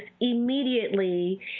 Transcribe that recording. immediately